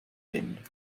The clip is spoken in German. denen